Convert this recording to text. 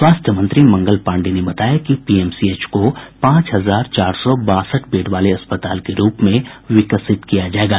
स्वास्थ्य मंत्री मंगल पांडेय ने बताया कि पीएमसीएच को पांच हजार चार सौ बासठ बेड वाले अस्पताल के रूप में विकसित किया जायेगा